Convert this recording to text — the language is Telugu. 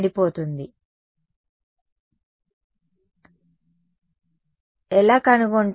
విద్యార్థి Z పారామీటర్ని ఉపయోగించడం